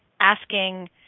asking